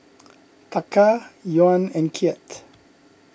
Taka Yuan and Kyat